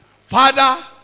Father